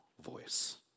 voice